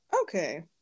okay